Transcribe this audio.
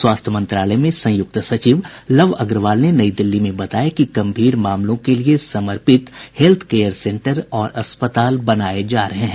स्वास्थ्य मंत्रालय में संयुक्त सचिव लव अग्रवाल ने नई दिल्ली में बताया कि गंभीर मामलों के लिये समर्पित हेल्थ केयर सेंटर और अस्पताल बनाये जा रहे हैं